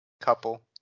Couple